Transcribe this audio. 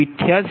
00005188